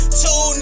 two